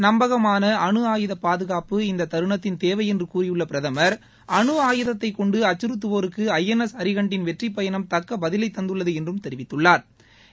நம்பகமாள அனு ஆயுத பாதுகாப்பு இந்த தருணத்தின் தேவை என்று கூறியுள்ள பிரதமா் அனு ஆயுதத்தைக் கொண்டு அச்சுறுத்துவோருக்கு ஐ என் எஸ் அரிஹ ண்ட்டின் வெற்றி பயணம் தக்கப்பதிலை தந்துள்ளது என்று தெரிவித்துள்ளாா்